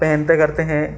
पहनते करते हैं